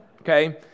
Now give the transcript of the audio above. okay